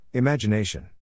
Imagination